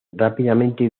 rápidamente